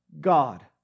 God